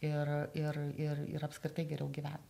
ir ir ir ir apskritai geriau gyvent